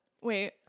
Wait